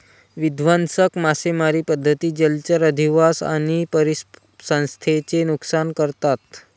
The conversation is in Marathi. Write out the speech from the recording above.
विध्वंसक मासेमारी पद्धती जलचर अधिवास आणि परिसंस्थेचे नुकसान करतात